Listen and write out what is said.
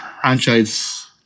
franchise